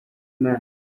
man